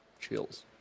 Chills